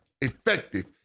effective